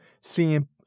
seeing